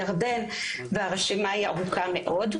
ירדן והרשימה ארוכה מאוד.